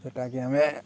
ସେଇଟାକି ଆମେ